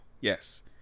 Yes